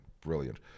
brilliant